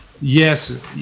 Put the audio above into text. yes